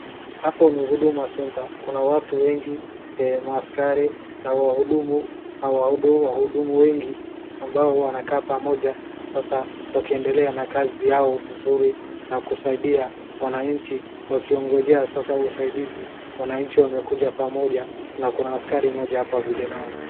Hapo ni Huduma Center, kuna watu wengi, maaskari na wahudumu wengi ambao wanakaa pamoja sasa wakiendelea na kazi yao vizuri na kusaidia wananchi wakiongojea sasa usaidizi ,wanchi wamekuja pamoja na kuna askari mmoja apa vile naona.